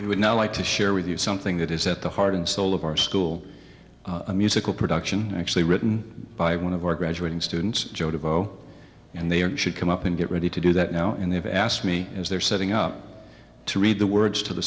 we would now like to share with you something that is at the heart and soul of our school a musical production actually written by one of our graduating students joe devo and they are should come up and get ready to do that now and they've asked me as they're setting up to read the words to the